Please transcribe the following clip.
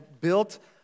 built